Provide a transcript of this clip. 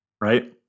Right